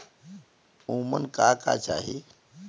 उमन का का चाही?